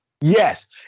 Yes